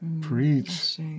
preach